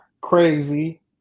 crazy